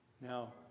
Now